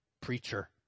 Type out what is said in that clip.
preacher